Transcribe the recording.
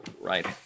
right